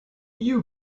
you